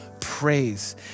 praise